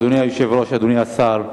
אדוני היושב-ראש, אדוני השר,